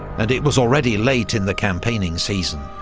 and it was already late in the campaigning season.